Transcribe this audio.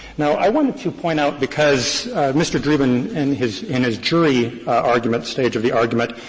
now, i wanted to point out because mr. dreeben, in his in his jury argument stage of the argument,